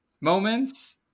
moments